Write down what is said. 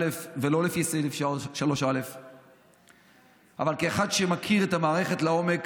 ושלא לפי סעיף 3א. אבל כאחד שמכיר את המערכת לעומק